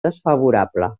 desfavorable